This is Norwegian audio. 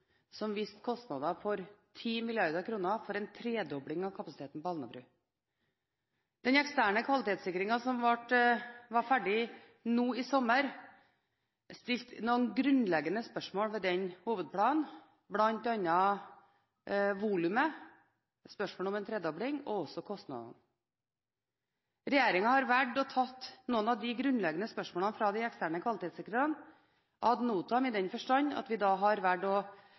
som viste kostnader på 10 mrd. kr for en tredobling av kapasiteten på Alnabru. Den eksterne kvalitetssikringen, som var ferdig nå i sommer, stilte noen grunnleggende spørsmål ved den hovedplanen, bl.a. volumet, og kostnadene. Regjeringen har valgt å ta noen av de grunnleggende spørsmålene fra de eksterne kvalitetssikrerne ad notam, i den forstand at vi har